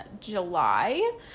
July